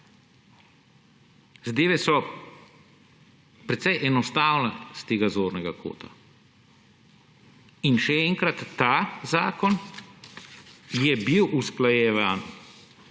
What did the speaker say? Zadeve so precej enostavne s tega zornega kota. In še enkrat, ta zakon je bil usklajevan